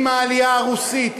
עם העלייה הרוסית,